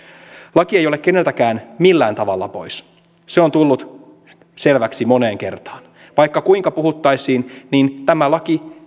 laki ei ole keneltäkään millään tavalla pois se on tullut selväksi moneen kertaan vaikka kuinka puhuttaisiin niin tämä laki